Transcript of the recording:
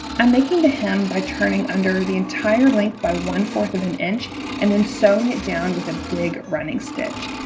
i'm making the hem by turning under the entire length by one four of an inch and then sewing it down with a big running stitch